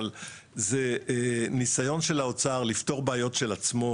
אבל ניסיון של האוצר לפתור בעיות של עצמו,